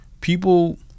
people